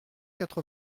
quatre